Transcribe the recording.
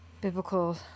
biblical